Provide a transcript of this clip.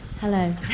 Hello